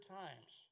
times